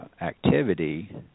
activity